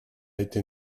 été